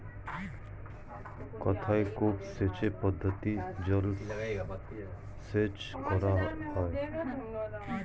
কোথায় কূপ সেচ পদ্ধতিতে জলসেচ করা হয়?